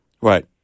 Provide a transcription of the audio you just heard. Right